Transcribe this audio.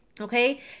Okay